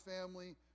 family